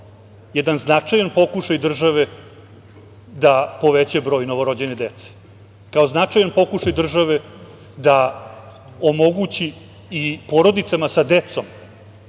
jedan značajan pokušaj države da poveća broj novorođene dece, kao značajan pokušaj države da omogući i porodicama sa decom